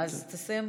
אז תסיים בזה,